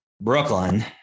Brooklyn